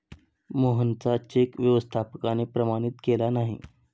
मोहनचा चेक व्यवस्थापकाने प्रमाणित केला नाही